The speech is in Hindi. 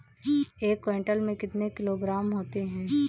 एक क्विंटल में कितने किलोग्राम होते हैं?